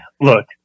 Look